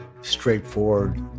straightforward